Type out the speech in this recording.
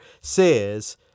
says